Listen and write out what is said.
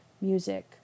music